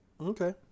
Okay